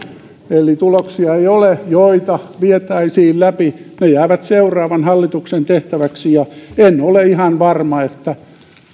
eli tuloksia ei ole joita vietäisiin läpi ne jäävät seuraavan hallituksen tehtäväksi ja en ole ihan varma että